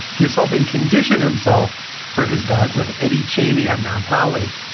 his whole being conditioned himself for his bout with eddie chaney at mount holly.